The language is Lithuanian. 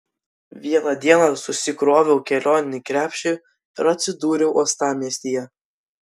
vieną dieną susikroviau kelioninį krepšį ir atsidūriau uostamiestyje